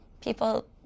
people